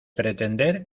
pretender